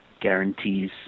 guarantees